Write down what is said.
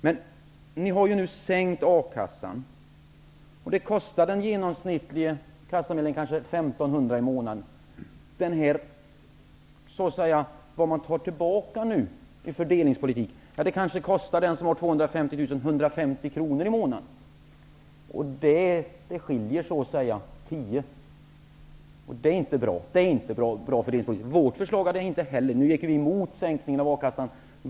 Men ni har ju nu sänkt a-kassan, och det kanske kostar den genomsnittlige kassamedlemmen 1 500 kr i månaden. Det man nu så att säga tar tillbaka i fördelningspolitik kanske kostar den som har 250 000 i inkomst 150 kr i månaden. Skillnaden är inte bra. Vi gick emot sänkningen av a-kassan.